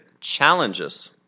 challenges